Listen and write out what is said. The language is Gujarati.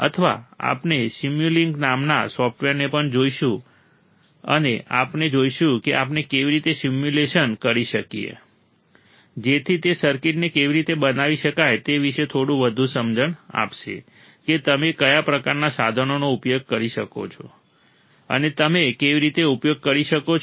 અથવા આપણે સિમ્યુલિંક નામનું સોફ્ટવેરને પણ જોઈશું અને આપણે જોઈશું કે આપણે કેવી રીતે સિમ્યુલેશન કરી શકીએ જેથી તે સર્કિટને કેવી રીતે બનાવી શકાય તે વિશે થોડી વધુ સમજણ આપશે કે તમે કયા પ્રકારનાં સાધનોનો ઉપયોગ કરી શકો છો અને તમે કેવી રીતે ઉપયોગ કરી શકો છો